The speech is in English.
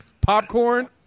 Popcorn